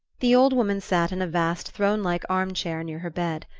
the old woman sat in a vast throne-like arm-chair near her bed.